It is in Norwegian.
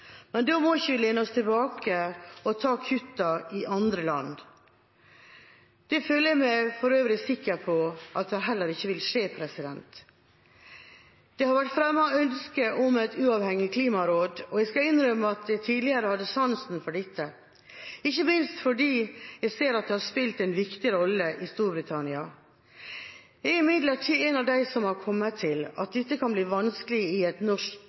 Men da må vi ikke lene oss tilbake og ta kuttene i andre land. Det føler jeg meg for øvrig sikker på at heller ikke vil skje. Det har vært fremmet ønske om et uavhengig klimaråd, og jeg skal innrømme at jeg tidligere hadde sansen for dette, ikke minst fordi jeg ser at det har spilt en viktig rolle i Storbritannia. Jeg er imidlertid en av dem som har kommet til at dette kan bli vanskelig i en norsk